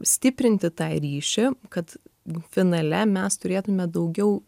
stiprinti tą ryšį kad finale mes turėtume daugiau